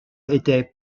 était